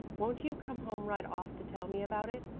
won't you come home right off to tell me about it?